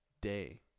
day